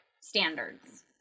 standards